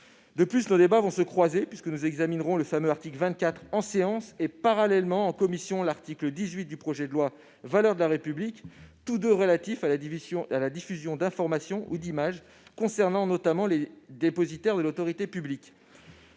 De surcroît, nos débats vont se croiser, puisque nous examinerons le fameux article 24 en séance et, parallèlement, en commission, l'article 18 du projet de loi confortant le respect des principes de la République, tous deux relatifs à la diffusion d'informations ou d'images concernant les dépositaires de l'autorité publique.